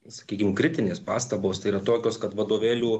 sakykim kritinės pastabos tai yra tokios kad vadovėlių